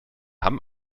hamm